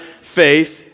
faith